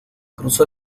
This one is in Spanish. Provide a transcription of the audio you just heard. cruzó